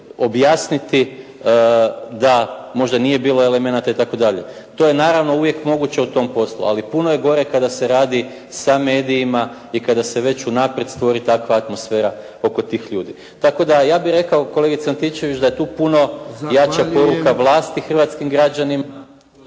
da možda nije bilo elemenata itd. To je naravno uvijek moguće u tom poslu, ali puno je gore kada se radi sa medijima i kada se već unaprijed stvori takva atmosfera oko tih ljudi. Tako da ja bih rekao kolegice Antičević da je puno jača poruka vlasti hrvatskim građanima